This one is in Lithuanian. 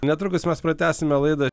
netrukus mes pratęsime laidą